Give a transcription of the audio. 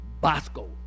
Bosco